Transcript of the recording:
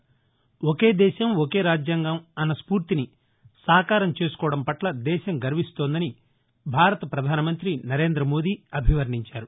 ఒకే దేశం ఒకే రాజ్యాంగం అన్న స్పూర్తిని సాకారం చేసుకోవడం వట్ల దేశం గర్విస్తోందని భారత వధానమంతి నరేందమోదీ అభివర్ణించారు